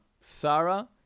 Sarah